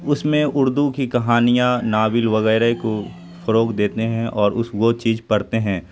اس میں اردو کی کہانیاں ناول وغیرہ کو فروغ دیتے ہیں اور اس وہ چیز پڑھتے ہیں